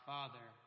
Father